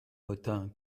motin